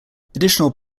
additional